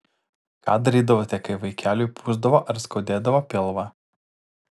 ką darydavote kai vaikeliui pūsdavo ar skaudėdavo pilvą